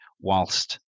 whilst